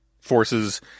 forces